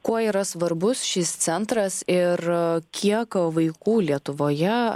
kuo yra svarbus šis centras ir kiek vaikų lietuvoje